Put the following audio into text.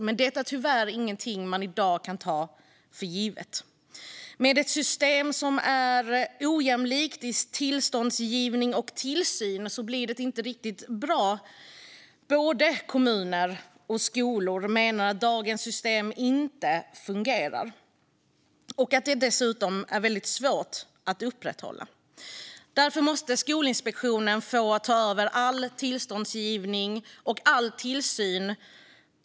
Men det är tyvärr inget man i dag kan ta för givet. Med ett system som är ojämlikt i tillståndsgivning och tillsyn blir det inte riktigt bra. Både kommuner och skolor menar att dagens system inte fungerar och att det dessutom är svårt att upprätthålla. Därför måste Skolinspektionen ta över all tillståndsgivning och all tillsyn.